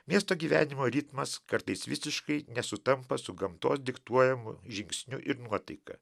miesto gyvenimo ritmas kartais visiškai nesutampa su gamtos diktuojamu žingsniu ir nuotaika